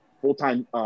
full-time